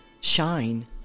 shine